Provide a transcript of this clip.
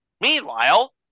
Meanwhile